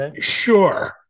sure